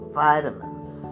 vitamins